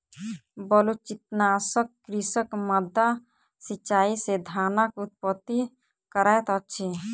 बलुचिस्तानक कृषक माद्दा सिचाई से धानक उत्पत्ति करैत अछि